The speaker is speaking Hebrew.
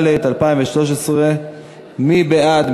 התשע"ד 2013. מי בעד?